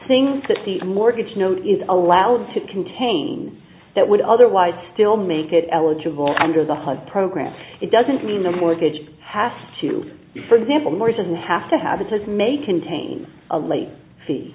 things that the mortgage note is allowed to contain that would otherwise still make it eligible under the hud program it doesn't mean the mortgage has to for example morrison have to have a test may contain a late fee